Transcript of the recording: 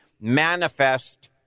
manifest